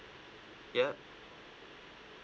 yup